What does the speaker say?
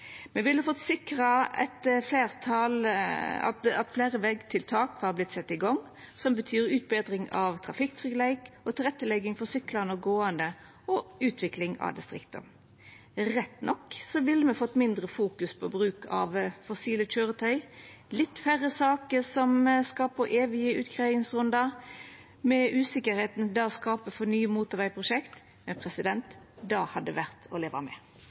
me ville ha sikra at fleire vegtiltak hadde vorte sette i gang, noko som betyr utbetring av trafikktryggleik, tilrettelegging for syklande og gåande og utvikling av distrikta. Rett nok ville me også ha fått fossile køyretøy mindre i fokus, og litt færre saker som skal på evige utgreiingsrundar, med usikkerheita det skaper for nye motorvegprosjekt – men det hadde vore til å leva med.